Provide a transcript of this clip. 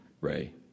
Ray